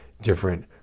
different